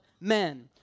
men